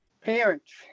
Parents